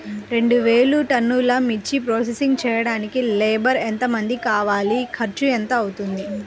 రెండు వేలు టన్నుల మిర్చి ప్రోసెసింగ్ చేయడానికి లేబర్ ఎంతమంది కావాలి, ఖర్చు ఎంత అవుతుంది?